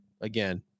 Again